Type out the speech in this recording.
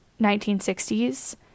1960s